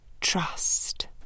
trust